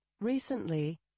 Recently